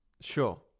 Sure